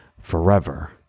forever